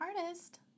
artist